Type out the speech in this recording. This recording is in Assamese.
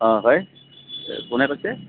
অ কোনে কৈছে